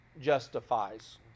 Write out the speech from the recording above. justifies